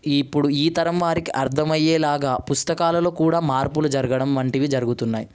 ఇప్పుడు ఈతరం వారికి అర్దమయ్యేలాగా పుస్తకాలలో కూడా మార్పులు జరగడం వంటివి జరుగుతున్నాయి